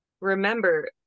Remember